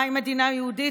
מהי מדינה יהודית,